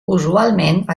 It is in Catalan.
usualment